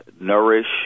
nourish